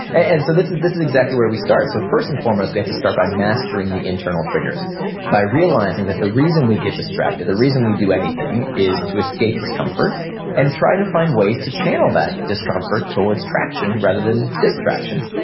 and so this is this is exactly where we start. so first and foremost, we have to start by mastering the internal triggers by realizing that the reason we get distracted, the reason we do anything, is to escape discomfort and try to find ways to channel that discomfort towards traction rather than distraction.